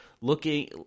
looking